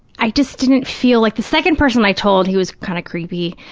i just didn't feel, like the second person i told, he was kind of creepy.